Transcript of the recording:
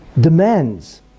demands